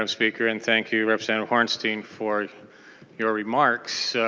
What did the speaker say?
um speaker. and thank you representative hornstein for your remarks.